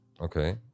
Okay